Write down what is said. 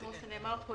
כמו שנאמר כאן,